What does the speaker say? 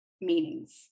meanings